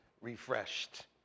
refreshed